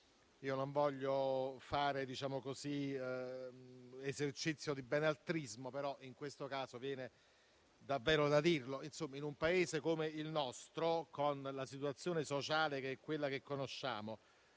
Io non voglio fare esercizio di benaltrismo, però in questo caso viene davvero da dirlo; in un Paese come il nostro, con la situazione sociale che conosciamo,